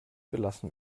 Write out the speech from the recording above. belassen